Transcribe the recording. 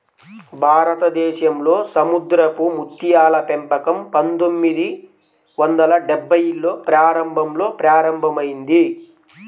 భారతదేశంలో సముద్రపు ముత్యాల పెంపకం పందొమ్మిది వందల డెభ్భైల్లో ప్రారంభంలో ప్రారంభమైంది